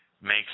makes